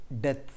death